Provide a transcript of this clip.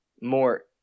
more